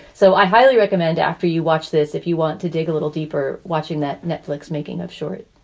so i highly recommend after you watch this, if you want to dig a little deeper, watching that netflix making of short